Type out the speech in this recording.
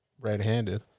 Red-handed